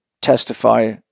testify